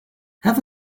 have